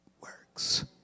works